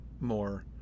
more